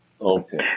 Okay